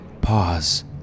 Pause